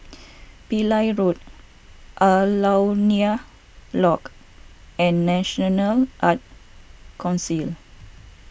Pillai Road Alaunia Lodge and National Arts Council